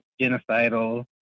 genocidal